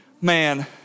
man